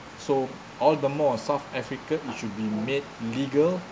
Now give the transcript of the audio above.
so all the more south africa it should be made legal